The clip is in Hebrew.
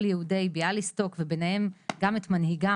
היהודים בביאליסטוק וביניהם גם את מנהיגם,